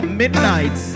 midnight